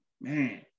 man